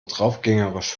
draufgängerisch